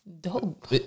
dope